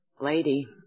lady